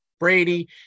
Brady